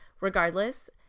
Regardless